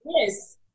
Yes